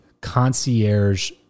concierge